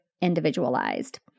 individualized